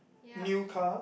yup